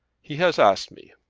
he has asked me.